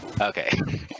Okay